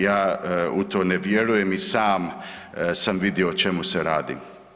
Ja u to ne vjeruje i sam sam vidio o čemu se radi.